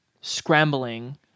scrambling